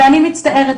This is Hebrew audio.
אני מצטערת,